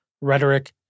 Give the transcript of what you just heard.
rhetoric